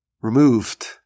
removed